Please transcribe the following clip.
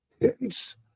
hence